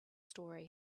story